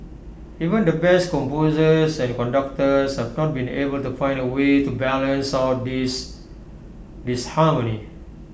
even the best composers and conductors have not been able to find A way to balance out this disharmony